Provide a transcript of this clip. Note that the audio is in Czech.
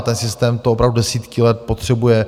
Ten systém to opravdu desítky let potřebuje.